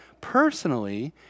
personally